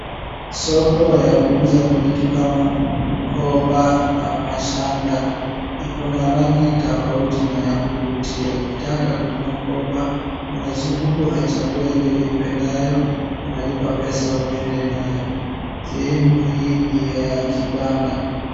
Soko ya kuuza vitu kama mkoba na mashanga iko na rangi tofauti na ya kuvutia. Ukitaka kununua mkoba, unazunguka unachagua ile uipendayo, unalipa pesa uende nayo. Sehemu hii ni ya kibanda.